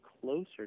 closer